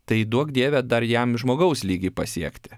tai duok dieve dar jam žmogaus lygį pasiekti